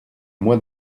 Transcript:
moi